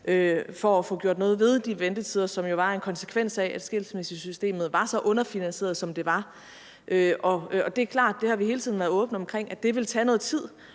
for at få gjort noget ved de ventetider, som jo var en konsekvens af, at skilsmissesystemet var så underfinansieret, som det var. Og det er klart – det har vi hele tiden været åbne omkring – at det vil tage noget tid